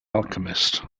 alchemist